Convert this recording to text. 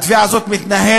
התביעה הזאת מתנהלת,